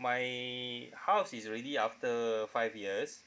my house is already after five years